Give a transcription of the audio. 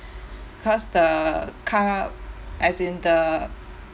because the cov~ as in the